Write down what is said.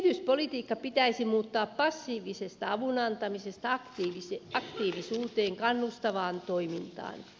kehityspolitiikka pitäisi muuttaa passiivisesta avun antamisesta aktiivisuuteen kannustavaan toimintaan